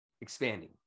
expanding